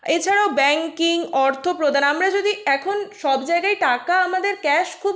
এছাড়াও ব্যাঙ্কিং অর্থ প্রদান আমরা যদি এখন সব জায়গায় টাকা আমাদের ক্যাশ খুব